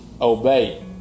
obey